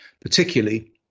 particularly